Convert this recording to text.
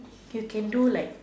you can do like